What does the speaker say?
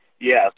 Yes